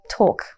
talk